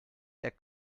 der